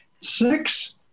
Six